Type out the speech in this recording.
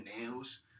nails